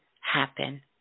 happen